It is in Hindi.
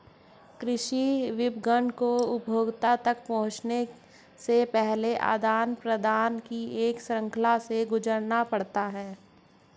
कृषि विपणन को उपभोक्ता तक पहुँचने से पहले आदान प्रदान की एक श्रृंखला से गुजरना पड़ता है